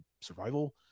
survival